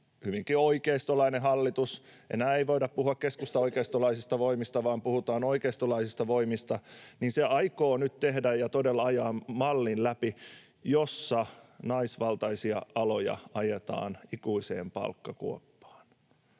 hyvinkin oikeistolainen hallitus — enää ei voida puhua keskustaoikeistolaisista voimista vaan puhutaan oikeistolaisista voimista — aikoo nyt tehdä ja todella ajaa läpi mallin, jossa naisvaltaisia aloja ajetaan ikuiseen palkkakuoppaan.